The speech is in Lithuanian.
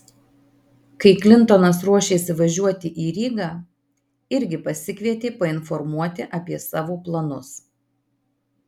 kai klintonas ruošėsi važiuoti į rygą irgi pasikvietė painformuoti apie savo planus